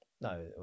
No